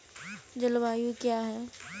जलवायु क्या है?